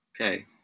Okay